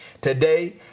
Today